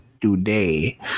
today